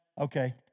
Okay